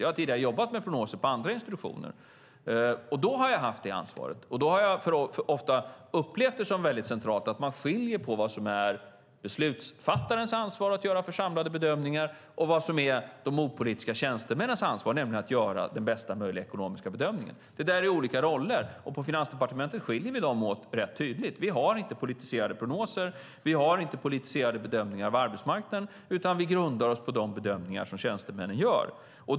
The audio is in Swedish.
Jag har tidigare jobbat med prognoser på andra institutioner och haft det ansvaret, och då har jag ofta upplevt som centralt att man skiljer på vad som är beslutsfattarens ansvar att göra för samlade bedömningar och vad som är de opolitiska tjänstemännens ansvar, nämligen att göra den bästa möjliga ekonomiska bedömningen. Det där är olika roller, och på Finansdepartementet skiljer vi dem åt rätt tydligt. Vi har inte politiserade prognoser, och vi har inte politiserade bedömningar av arbetsmarknaden, utan vi grundar oss på de bedömningar som tjänstemännen gör.